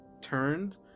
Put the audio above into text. turned